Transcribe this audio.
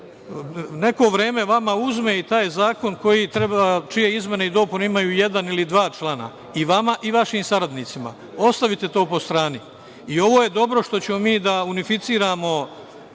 Neko vreme vama uzme i taj zakon čije izmene i dopune imaju jedan ili dva člana i vama i vašim saradnicima. Ostavite to po strani. Ovo je dobro što ćemo mi da unificiramo